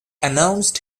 announced